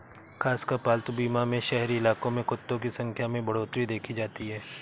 खासकर पालतू बीमा में शहरी इलाकों में कुत्तों की संख्या में बढ़ोत्तरी देखी जाती है